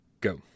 go